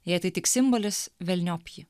jei tai tik simbolis velniop jį